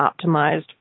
optimized